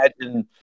imagine